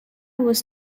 was